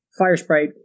Firesprite